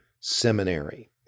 Seminary